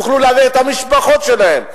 יוכלו להביא את המשפחות שלהם,